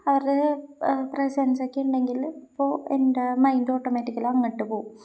അവരുടെ പ്രസൻസൊക്കെ ഉണ്ടെങ്കില് ഇപ്പോള് എൻ്റെ മൈൻഡ് ഓട്ടോമാറ്റിക്കലി അങ്ങോട്ട് പോകും